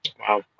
wow